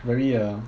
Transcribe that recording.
very uh